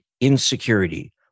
insecurity